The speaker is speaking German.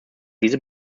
diese